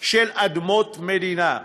של אדמות מדינה,